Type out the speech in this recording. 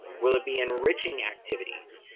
will it be enriching activities?